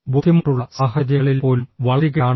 ബുദ്ധിമുട്ടുള്ള സാഹചര്യങ്ങളിൽ പോലും വളരുകയാണോ